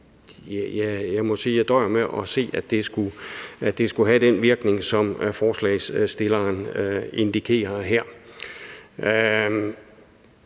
jeg døjer med at se, at det skulle have den virkning, som forslagsstillerne indikerer her.